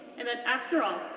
and that after all,